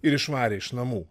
ir išvarė iš namų